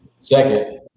Second